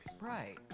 Right